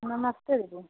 नमस्ते दीदी